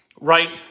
right